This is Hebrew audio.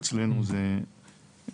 אצלנו זה מ-58,